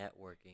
networking